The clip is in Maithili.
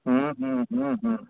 हँ हँ हँ हँ